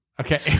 Okay